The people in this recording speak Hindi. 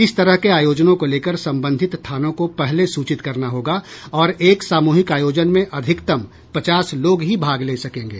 इस तरह के आयोजनों को लेकर संबंधित थानों को पहले सूचित करना होगा और एक सामूहिक आयोजन में अधिकतम पचास लोग ही भाग ले सकेंगे